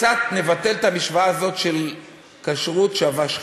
קצת נבטל את המשוואה הזאת של כשרות שווה שחיתות,